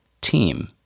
team